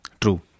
True